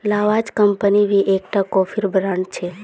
Lavazza company भी एक टा कोफीर ब्रांड छे